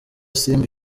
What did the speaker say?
simba